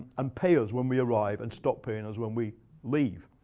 and pay is when we arrive, and stop paying us when we leave.